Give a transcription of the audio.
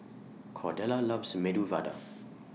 Cordella loves Medu Vada